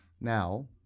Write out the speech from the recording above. now